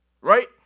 right